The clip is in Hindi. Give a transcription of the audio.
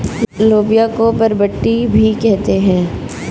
लोबिया को बरबट्टी भी कहते हैं